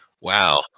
Wow